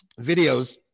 videos